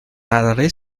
tardaré